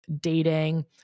dating